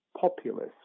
populist